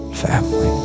family